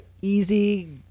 easy